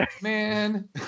man